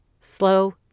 slow